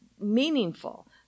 meaningful